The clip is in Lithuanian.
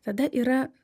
tada yra